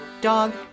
dog